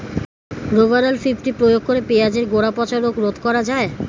Rovral fifty প্রয়োগ করে পেঁয়াজের গোড়া পচা রোগ রোধ করা যায়?